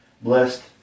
blessed